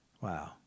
wow